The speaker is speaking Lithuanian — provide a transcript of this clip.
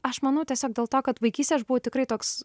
aš manau tiesiog dėl to kad vaikystėj aš buvau tikrai toks